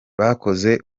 bakoze